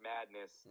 Madness